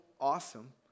awesome